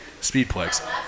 Speedplex